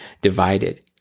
divided